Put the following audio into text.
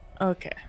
Okay